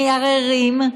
מריירים,